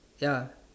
ya